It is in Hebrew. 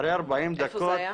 איפה זה היה?